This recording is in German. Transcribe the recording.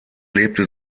lebte